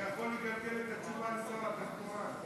אתה יכול לקבל את התשובה משר התחבורה.